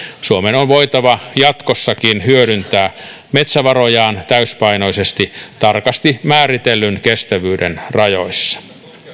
suomen on voitava jatkossakin hyödyntää metsävarojaan täysipainoisesti tarkasti määritellyn kestävyyden rajoissa